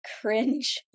cringe